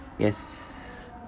Yes